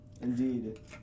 Indeed